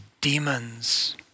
demons